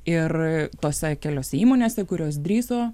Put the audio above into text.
ir tose keliose įmonėse kurios drįso